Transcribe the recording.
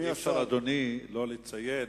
אבל אי-אפשר, אדוני, לא לציין